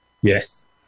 Yes